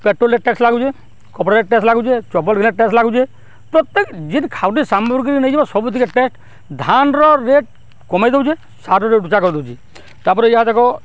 petrol rate tax ଲାଗୁଛେ କପ୍ଡ଼ାରେ tax ଲାଗୁଚେ ଚପଲ୍ରେ ଟେକ୍ସ୍ ଲାଗୁଛେ ପ୍ରତ୍ୟେକ୍ ଯେନ୍ ଖାଉଟି ସାମଗ୍ରୀକେ ନେଇଯିବ ସବୁଥି ଟେକ୍ସ୍ ଧାନ୍ର ରେଟ୍ କମେଇ ଦଉଚେ ସାର୍ର ରେଟ୍ ଉଚା କରିଦଉଛେ ତାପରେ ଇହାଦେ ଦେଖ